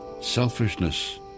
selfishness